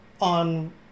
on